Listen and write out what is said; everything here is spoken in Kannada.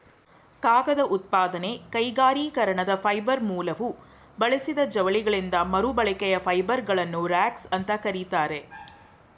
ಕಾಗದ ಉತ್ಪಾದನೆ ಕೈಗಾರಿಕೀಕರಣದ ಫೈಬರ್ ಮೂಲವು ಬಳಸಿದ ಜವಳಿಗಳಿಂದ ಮರುಬಳಕೆಯ ಫೈಬರ್ಗಳನ್ನು ರಾಗ್ಸ್ ಅಂತ ಕರೀತಾರೆ